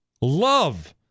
love